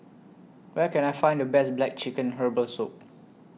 Where Can I Find The Best Black Chicken Herbal Soup